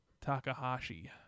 Takahashi